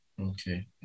Okay